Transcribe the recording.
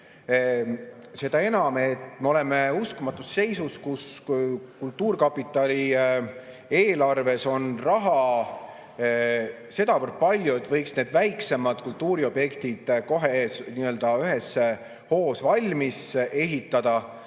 Seda enam, et me oleme uskumatus seisus, kus kultuurkapitali eelarves on raha sedavõrd palju, et võiks väiksemad kultuuriobjektid kohe ühe hooga valmis ehitada,